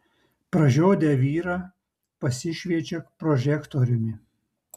pražiodę vyrą pasišviečia prožektoriumi